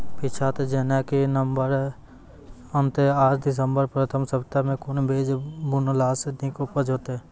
पीछात जेनाकि नवम्बर अंत आ दिसम्बर प्रथम सप्ताह मे कून बीज बुनलास नीक उपज हेते?